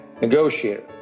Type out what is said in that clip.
negotiator